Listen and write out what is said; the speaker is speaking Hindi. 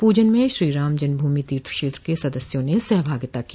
पूजन में श्रीराम जन्मभूमि तीर्थ क्षेत्र के सदस्यों ने सहभागिता की